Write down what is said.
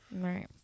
Right